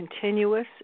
continuous